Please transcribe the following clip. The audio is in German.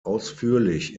ausführlich